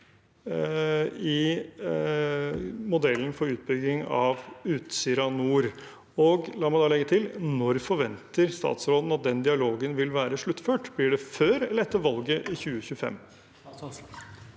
i støttemodellen for utbygging av Utsira Nord? La meg legge til: Når forventer statsråden at den dialogen vil være sluttført? Blir det før eller etter valget i 2025?